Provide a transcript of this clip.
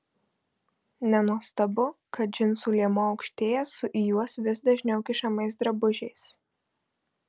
nenuostabu kad džinsų liemuo aukštėja su į juos vis dažniau kišamais drabužiais